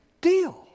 deal